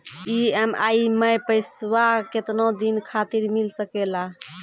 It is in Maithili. ई.एम.आई मैं पैसवा केतना दिन खातिर मिल सके ला?